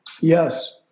yes